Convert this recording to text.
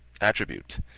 attribute